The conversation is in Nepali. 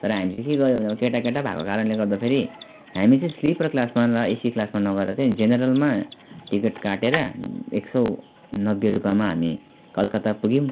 तर हामी चाहिँ के गर्यो भने केटा केटा भएको कारणले गर्दाखेरि हामी चाहिँ स्लिपर क्लासमा र एसी क्लासमा नगएर चाहिँ जेनेरलमा टिकट काटेर एक सय नब्बे रुप्पेमा हामी कलकत्ता पुग्यौँ